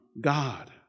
God